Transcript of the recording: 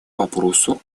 вопросу